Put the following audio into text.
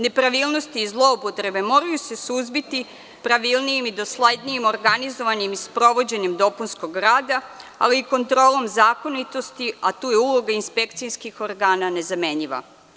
Nepravilnost i zloupotrebe moraju se suzbiti pravilnijim i doslednijim, organizovanim i sprovođenjem dopunskog rada, ali i kontrolom zakonitosti, a tu je uloga inspekcijskih organa nezamenljiva.